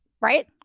Right